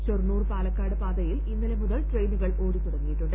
ഷൊർണൂർ പാലക്കാട് പാതയിൽ ഇന്നലെ മുതൽ ട്രെയിനുകൾ ഓടിത്തുടങ്ങിയിട്ടുണ്ട്